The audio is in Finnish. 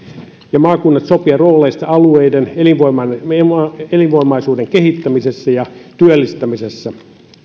ja maakunnat sopia rooleista alueiden elinvoimaisuuden kehittämisessä ja työllistämisessä